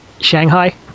Shanghai